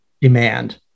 demand